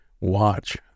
Watch